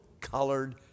colored